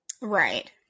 Right